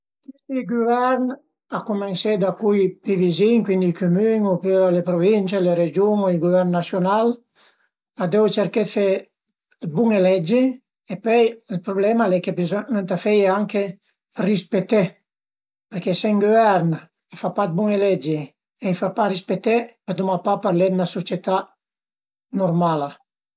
Tüti i guvern, a cuminsé da cui pi vizin, cuindi i cümün opüra le pruvince, le regiun o i guvern nasiunal a devu cerché d'fe bun-e leggi e pöi ël prublema al e che venta feie anche rispeté perché se ün guvern a fa pa d'bun-e leggi e a i fa pa rispeté, puduma pa parlé dë üna sucietà nurmala